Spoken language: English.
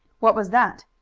what was that?